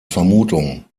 vermutung